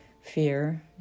Fear